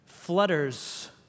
flutters